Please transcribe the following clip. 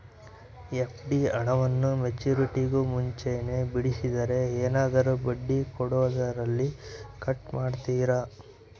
FD ಹಣವನ್ನು ಮೆಚ್ಯೂರಿಟಿಗೂ ಮುಂಚೆನೇ ಬಿಡಿಸಿದರೆ ಏನಾದರೂ ಬಡ್ಡಿ ಕೊಡೋದರಲ್ಲಿ ಕಟ್ ಮಾಡ್ತೇರಾ?